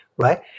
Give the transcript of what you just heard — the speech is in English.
right